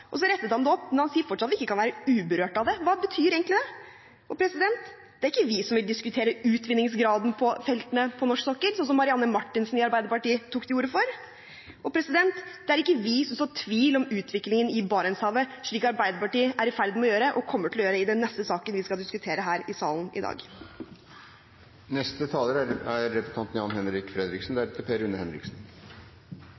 sa. Så rettet han det opp, men han sier fortsatt at vi ikke kan være uberørt av det. Hva betyr egentlig det? Det er ikke vi som vil diskutere utvinningsgraden på feltene på norsk sokkel, sånn som Marianne Marthinsen i Arbeiderpartiet tok til orde for. Og det er ikke vi som har sådd tvil om utviklingen i Barentshavet, slik Arbeiderpartiet er i ferd med å gjøre og kommer til å gjøre i den neste saken vi skal diskutere her i salen i dag. Dagen i dag er en stor dag. Olje- og gassnæringen i Norge er